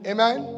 Amen